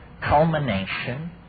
culmination